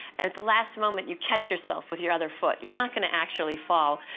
and at the last moment, you catch yourself with your other foot. you're not going to actually fall,